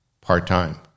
part-time